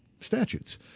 statutes